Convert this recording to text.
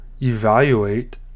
evaluate